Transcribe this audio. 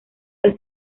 los